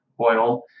oil